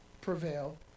prevail